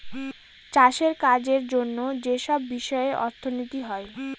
চাষের কাজের জন্য যেসব বিষয়ে অর্থনীতি হয়